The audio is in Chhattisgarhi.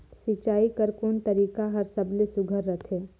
सिंचाई कर कोन तरीका हर सबले सुघ्घर रथे?